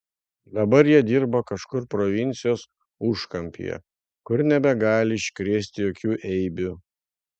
dabar jie dirba kažkur provincijos užkampyje kur nebegali iškrėsti jokių eibių